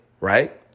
Right